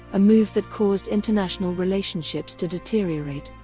a move that caused international relationships to deteriorate,